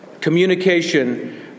communication